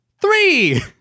three